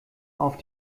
auf